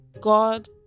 God